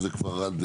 עד